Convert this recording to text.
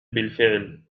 بالفعل